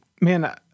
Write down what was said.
man